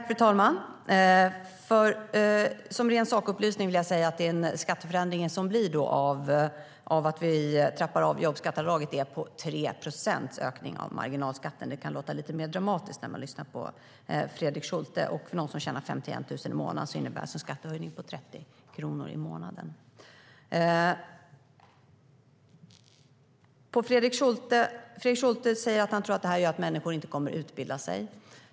Fru talman! Som ren sakupplysning vill jag säga att den skatteförändring som sker i och med att vi trappar av jobbskatteavdraget innebär 3 procents ökning av marginalskatten. Det kan låta lite mer dramatiskt när man lyssnar på Fredrik Schulte. För dem som tjänar 51 000 månaden innebär detta en skattehöjning på 30 kronor i månaden. Fredrik Schulte säger att han tror att det här gör att människor inte kommer att utbilda sig.